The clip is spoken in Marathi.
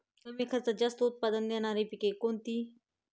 कमी खर्चात जास्त उत्पाद देणारी पिके कोणती?